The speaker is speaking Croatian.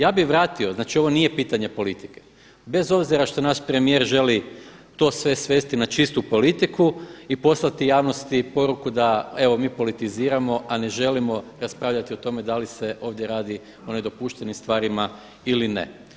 Ja bi vratio, znači ovo nije pitanja politike, bez obzira što nas premijer želi to sve svesti na čistu politiku i poslati javnosti poruku da evo mi politiziramo, a ne želimo raspravljati o tome da li se ovdje radi o nedopuštenim stvarima ili ne.